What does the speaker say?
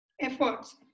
efforts